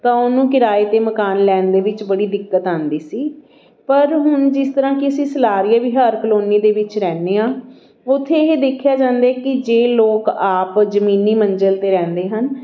ਤਾਂ ਉਹਨੂੰ ਕਿਰਾਏ 'ਤੇ ਮਕਾਨ ਲੈਣ ਦੇ ਵਿੱਚ ਬੜੀ ਦਿੱਕਤ ਆਉਂਦੀ ਸੀ ਪਰ ਹੁਣ ਜਿਸ ਤਰ੍ਹਾਂ ਕਿ ਅਸੀਂ ਸਲਾਰੀਆ ਵਿਹਾਰ ਕਲੋਨੀ ਦੇ ਵਿੱਚ ਰਹਿੰਦੇ ਹਾਂ ਉੱਥੇ ਇਹ ਦੇਖਿਆ ਜਾਂਦਾ ਕਿ ਜੇ ਲੋਕ ਆਪ ਜ਼ਮੀਨੀ ਮੰਜ਼ਿਲ 'ਤੇ ਰਹਿੰਦੇ ਹਨ